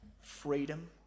freedom